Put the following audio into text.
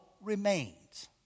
remains